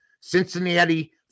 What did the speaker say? Cincinnati